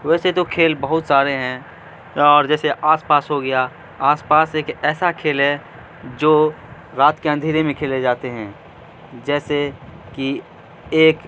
ویسے تو کھیل بہت سارے ہیں اور جیسے آس پاس ہو گیا آس پاس ایک ایسا کھیل ہے جو رات کے اندھیرے میں کھیلے جاتے ہیں جیسے کہ ایک